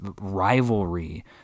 rivalry